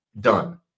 Done